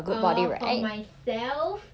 oh for myself